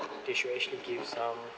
they should actually give some